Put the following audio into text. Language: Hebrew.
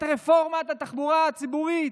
אנחנו צריכים להעלות את רפורמת התחבורה הציבורית,